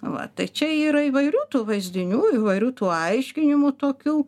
va tai čia yra įvairių tų vaizdinių įvairių tų aiškinimų tokių